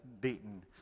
beaten